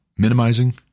Minimizing